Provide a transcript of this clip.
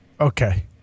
Okay